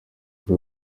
kuri